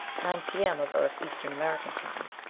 nine p m. of earth eastern american time,